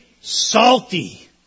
salty